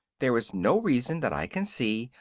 there is no reason, that i can see,